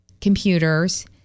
computers